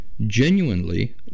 genuinely